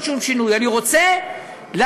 אני לא רוצה לעשות שום שינוי.